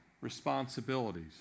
responsibilities